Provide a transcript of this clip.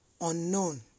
Unknown